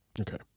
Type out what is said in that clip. Okay